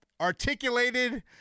articulated